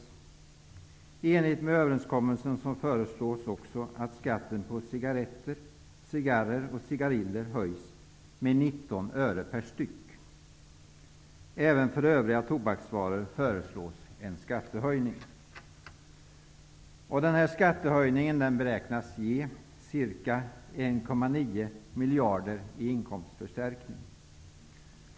I enlighet med överenskommelsen föreslås också att ''skatten på cigarretter, cigarrer och cigariller höjs med 19 öre per styck. Även för övriga tobaksvaror föreslås en skattehöjning.'' Denna skattehöjning beräknas ge ca 1,9 miljarder i inkomstförstärkning.